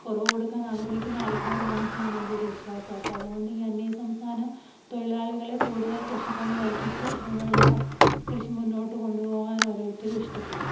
കുറവ് കൊടുക്കാൻ ആഗ്രഹിക്കുന്ന ആൾക്കാരാണെന്നാണ് എൻ്റെയൊരു വിശ്വാസം അപ്പോള് അതുകൊണ്ട് അന്യസംസ്ഥാന തൊഴിലാളികളെ കൂടുതൽ കൃഷിപ്പണി ഏൽപ്പിച്ച് നമ്മുടെ കൃഷി മുന്നോട്ട് കൊണ്ടുപോകാൻ ഓരോരുത്തരും ഇഷ്ടപ്പെടും